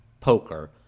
Poker